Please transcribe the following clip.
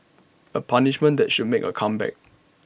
A punishment that should make A comeback